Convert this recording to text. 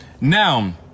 Now